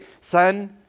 son